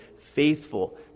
faithful